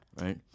Right